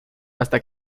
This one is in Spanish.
hasta